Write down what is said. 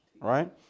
right